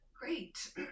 Great